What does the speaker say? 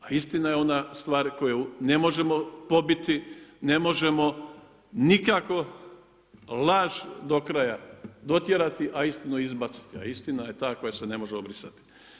A istina je ona stvar koju ne možemo pobiti, ne možemo nikako laž do kraja dotjerati a istinu izbaciti, a istina je ta koja se ne može obrisati.